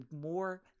more